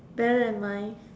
better than mine